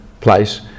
place